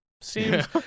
Seems